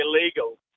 illegal